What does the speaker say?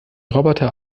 roboter